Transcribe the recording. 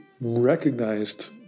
recognized